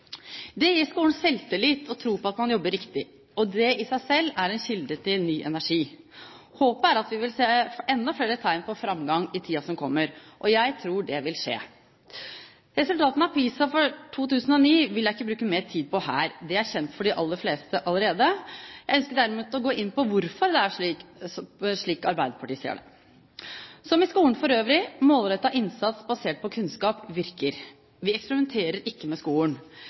Det gir skolen selvtillit og tro på at man jobber riktig. Det i seg selv er en kilde til ny energi. Håpet er at vi vil se enda flere tegn på framgang i tiden som kommer. Jeg tror det vil skje. Resultatene av PISA-undersøkelsen for 2009 vil jeg ikke bruke mer tid på her. Det er kjent for de aller fleste allerede. Jeg ønsker derimot å gå inn på hvorfor det er slik, slik Arbeiderpartiet ser det. Som i skolen for øvrig – målrettet innsats basert på kunnskap virker. Vi eksperimenterer ikke med skolen.